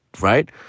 Right